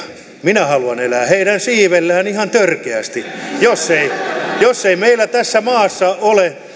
minä haluan elää heidän siivellään ihan törkeästi jos ei meillä tässä maassa ole